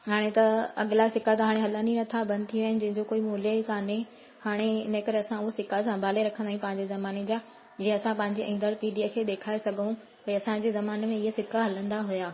हाणे त अॻिला सिका त हाणे हलनि ई नथा बंदि थी विया आहिनि जंहिंजो कोई मूल्य ई कान्हे हाणे हिन करे असां हो सिका संभाले रखंदा आहियूं पंहिंजे ज़माने जा जीअं असां पंहिंजे ईंदड़ पीढ़ीअ खे ॾेखारे सघूं की असांजे ज़माने में ईअं सिका हलंदा हुया